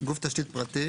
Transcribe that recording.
"גוף תשתית פרטי"